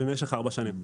במשך 4 שנים.